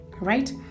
Right